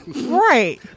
Right